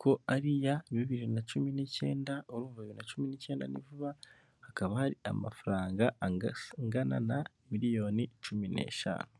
ko ari iya bibiri na cumi n'icyenda urumva bibiri na cumi n'icyenda ni vuba hakaba hari amafaranga angana na miliyoni cumi neshantu.